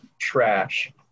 trash